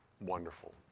wonderful